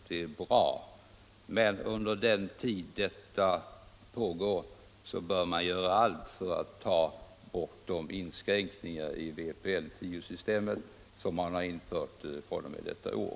Den tanken är bra, men under den tid detta arbete pågår bör man göra allt man kan för att ta bort de inskränkningar i vpl 10-systemet som har införts fr.o.m. detta år.